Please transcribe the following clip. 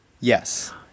Yes